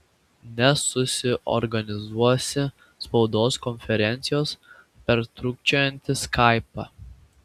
nesusiorganizuosi spaudos konferencijos per trūkčiojantį skaipą